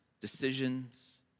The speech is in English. decisions